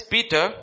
Peter